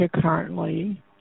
currently